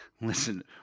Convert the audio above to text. Listen